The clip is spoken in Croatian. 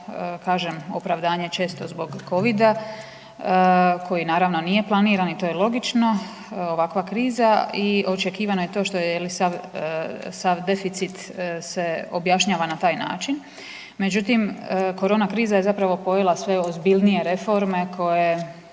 kažem opravdanje je često zbog covida koji naravno nije planiran i to je logično ovakva kriza i očekivano je to što je jel sav, sav deficit se objašnjava na taj način. Međutim, korona kriza je zapravo pojela sve ozbiljnije reforme koje